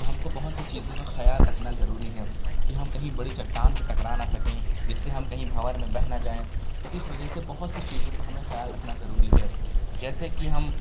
تو ہم کو بہت سی چیزوں کا خیال رکھنا ضروری ہے کہ ہم کہیں بڑی چٹان پہ ٹکرا نہ سکیں جس سے ہم کہیں بھنور میں بہہ نہ جائیں تو اِس وجہ سے بہت سی چیزوں کا ہمیں خیال رکھنا ضروری ہے جیسے کہ ہم